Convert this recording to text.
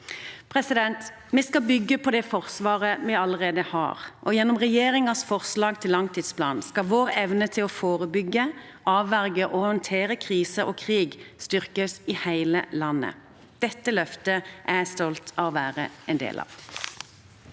vedtas. Vi skal bygge på det Forsvaret vi allerede har, og gjennom regjeringens forslag til langtidsplan skal vår evne til å forebygge, avverge og håndtere krise og krig styrkes i hele landet. Dette løftet er jeg stolt av å være en del av.